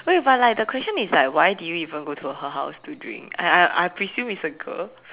wait but like the question is like why did you even go to her house to drink I I I presume it's a girl